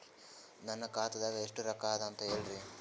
ನನ್ನ ಖಾತಾದಾಗ ಎಷ್ಟ ರೊಕ್ಕ ಅದ ಅಂತ ಹೇಳರಿ?